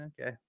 Okay